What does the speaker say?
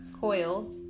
Coil